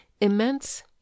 immense